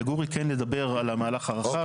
לגורי לדבר על המהלך הרחב,